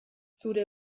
zure